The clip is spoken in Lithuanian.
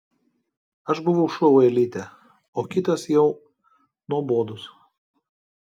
aš buvau šou elite o kitas jau nuobodus